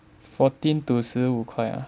fourteen to 十五块 ah